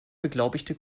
beglaubigte